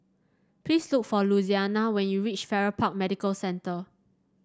please look for Louisiana when you reach Farrer Park Medical Centre